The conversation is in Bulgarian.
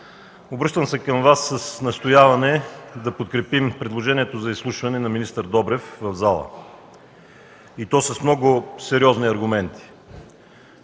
Обръщам се към Вас с настояване да подкрепим предложението за изслушване на министър Добрев в залата, и то с много сериозни аргументи.